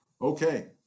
Okay